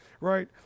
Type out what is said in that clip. right